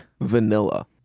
Vanilla